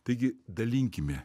taigi dalinkime